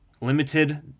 limited